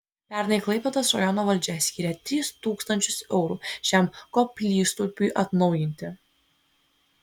pernai klaipėdos rajono valdžia skyrė tris tūkstančius eurų šiam koplytstulpiui atnaujinti